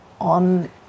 on